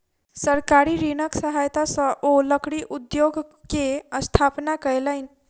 सरकारी ऋणक सहायता सॅ ओ लकड़ी उद्योग के स्थापना कयलैन